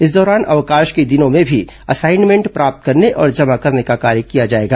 इस दौरान अवकाश के दिनों में भी असाइनमेंट प्राप्त करने और जमा करने का कार्य किया जाएगा